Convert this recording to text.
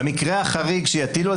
במקרה החריג שיטילו,